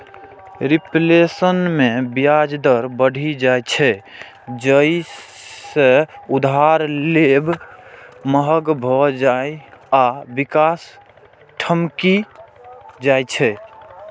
reflation मे ब्याज दर बढ़ि जाइ छै, जइसे उधार लेब महग भए जाइ आ विकास ठमकि जाइ छै